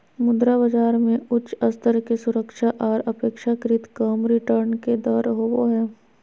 मुद्रा बाजार मे उच्च स्तर के सुरक्षा आर अपेक्षाकृत कम रिटर्न के दर होवो हय